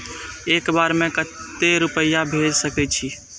एक बार में केते रूपया भेज सके छी?